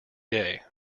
day